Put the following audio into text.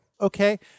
Okay